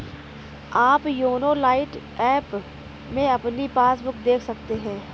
आप YONO lite app में अपनी पासबुक देख सकते हैं